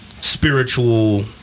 spiritual